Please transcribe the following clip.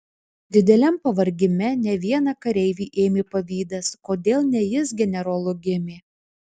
dideliam pavargime ne vieną kareivį ėmė pavydas kodėl ne jis generolu gimė